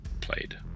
played